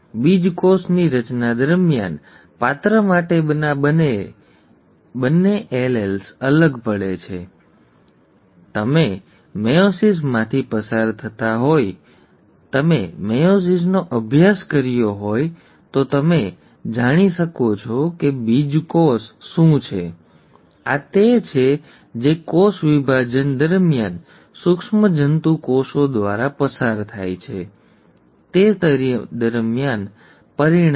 બીજકોષની રચના દરમિયાન પાત્ર માટેના બે એલેલ્સ અલગ પડે છે અથવા અલગ પડે છે બરાબર તમે મેયોસિસમાંથી પસાર થયા હોત તમે મેયોસિસનો અભ્યાસ કર્યો હોત તેથી તમે જાણો છો કે બીજકોષ શું છે આ તે છે જે કોષ વિભાજન દરમિયાન સૂક્ષ્મજંતુ કોષો દ્વારા પસાર થાય છે તે દરમિયાન પરિણમે છે